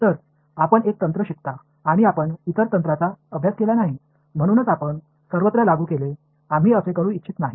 तर आपण एक तंत्र शिकता आणि आपण इतर तंत्रांचा अभ्यास केला नाही म्हणूनच आपण सर्वत्र लागू केले आम्ही असे करू इच्छित नाही